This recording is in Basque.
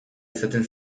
izaten